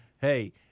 hey